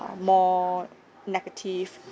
uh more negative